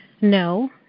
No